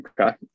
Okay